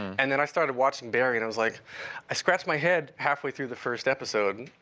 and then i started watching barry, and i was like i scratched my head halfway through the first episode,